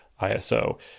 ISO